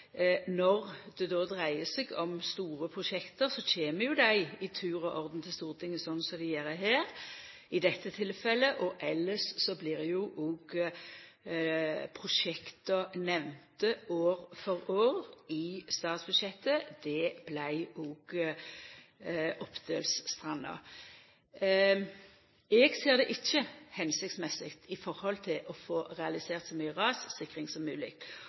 Når det dreier seg om store prosjekt, kjem dei i tur og orden til Stortinget, slik det gjer her. I dette tilfellet og elles blir òg prosjekta nemnde i statsbudsjettet år for år. Det vart òg Oppdølstranda. Eg ser det ikkje føremålstenleg for å få realisert så mykje rassikring som